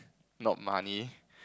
not money